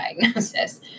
diagnosis